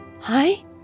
Hi